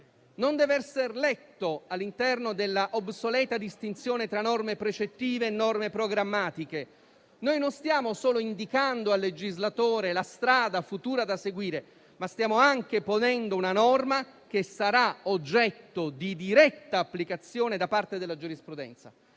non deve essere letto all'interno della obsoleta distinzione tra norme precettive e norme programmatiche. Non stiamo solo indicando al legislatore la strada futura da seguire, ma stiamo anche ponendo una norma, che sarà oggetto di diretta applicazione da parte della giurisprudenza.